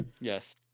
yes